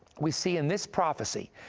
we see in this prophecy,